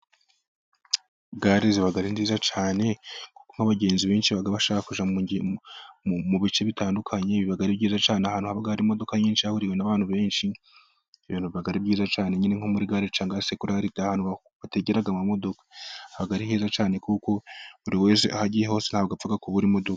Gare ziba ari nziza cyane, kuko abagenzi benshi baba bashaka kujya mu bice bitandukanye, biba ari byiza cyane, ahantu haba hari imodoka nyinshi hahuriwe n'abantu benshi, numva ari byiza cyane, nyine nko muri gare cyangwa se kuri arete, ahantu bategera mumodoka, biba ari byiza cyane kuko buriwese aho agiye hose ntabwo apfa kubura imodoka.